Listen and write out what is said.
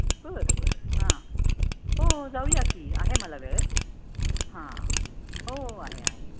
बरं बरं हां हो जाऊया की आहे मला वेळ हां हो आहे आहे